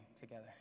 together